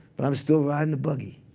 but i'm still riding the buggy.